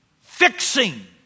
fixing